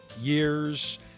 years